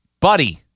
buddy